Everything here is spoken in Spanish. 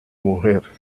mujer